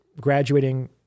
graduating